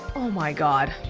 my god.